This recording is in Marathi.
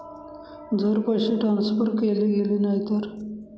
जर पैसे ट्रान्सफर केले गेले नाही तर?